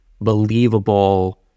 believable